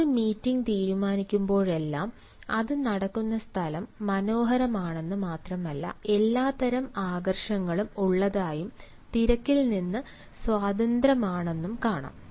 ഒരു മീറ്റിംഗ് തീരുമാനിക്കുമ്പോഴെല്ലാം അത് നടക്കുന്ന സ്ഥലം മനോഹരമാണെന്ന് മാത്രമല്ല എല്ലാത്തരം ആകർഷണങ്ങളും ഉള്ളതായും തിരക്കിൽ നിന്ന് സ്വതന്ത്രമാണെന്നും കാണാം